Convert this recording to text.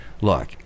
look